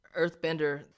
earthbender